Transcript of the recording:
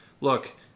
look